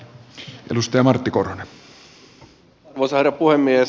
arvoisa herra puhemies